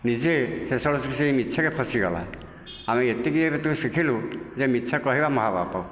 ନିଜେ ଶେଷରେ ସେ ସେ ମିଛରେ ଫସିଗଲା ଆମେ ଏତିକି ଏଥିରୁ ଶିଖିଲୁ ଯେ ମିଛ କହିବା ମହାପାପ